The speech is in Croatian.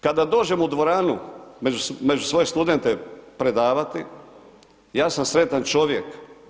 Kada dođem u dvoranu među svoje studente predavati, ja sam sretan čovjek.